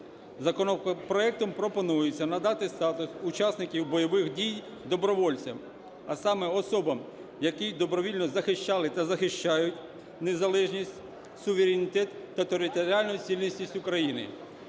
Законопроектом пропонується надати статус учасників бойових дій добровольцям, а саме особам, які добровільно захищали та захищають незалежність, суверенітет та територіальну цілісність України,